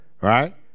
right